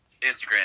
Instagram